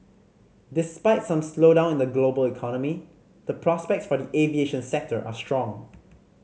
despite some slowdown in the global economy the prospects for the aviation sector are strong